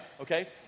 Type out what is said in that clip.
Okay